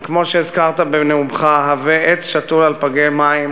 וכמו שהזכרת בנאומך, הווי עץ שתול על פלגי מים,